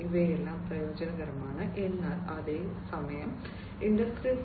ഇവയെല്ലാം പ്രയോജനകരമാണ് എന്നാൽ അതേ സമയം ഇൻഡസ്ട്രി 4